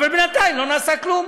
אבל בינתיים לא נעשה כלום.